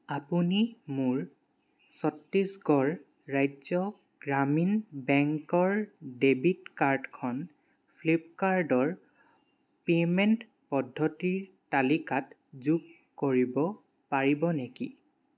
আপুনি মোৰ ছত্তিশগড় ৰাজ্য গ্ৰামীণ বেংকৰ ডেবিট কাৰ্ডখন ফ্লিপকাৰ্টৰ পে'মেণ্ট পদ্ধতিৰ তালিকাত যোগ কৰিব পাৰিব নেকি